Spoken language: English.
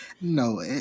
No